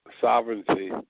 sovereignty